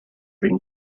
been